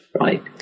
right